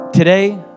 Today